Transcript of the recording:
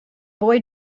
boy